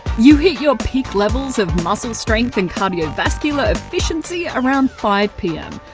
you hit your peak levels of muscle strength and cardiovascular efficiency around five pm,